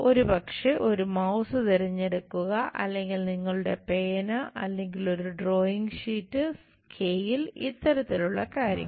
ഒരുപക്ഷേ ഒരു മൌസ് തിരഞ്ഞെടുക്കുക അല്ലെങ്കിൽ നിങ്ങളുടെ പേന അല്ലെങ്കിൽ ഒരു ഡ്രോയിംഗ് ഷീറ്റ് സ്കെയിൽ ഇത്തരത്തിലുള്ള കാര്യങ്ങൾ